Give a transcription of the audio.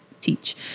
teach